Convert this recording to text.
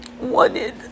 wanted